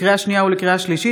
לקריאה שנייה ולקריאה שלישית,